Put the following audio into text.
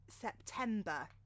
September